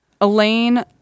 Elaine